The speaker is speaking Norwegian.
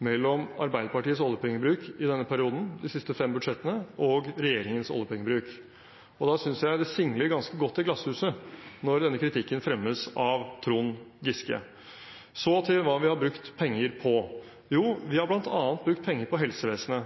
mellom Arbeiderpartiets oljepengebruk i denne perioden, de siste fem budsjettene, og regjeringens oljepengebruk. Da synes jeg det singler ganske godt i glasshuset når denne kritikken fremmes av Trond Giske. Så til hva vi har brukt penger på: Vi har bl.a. brukt penger på helsevesenet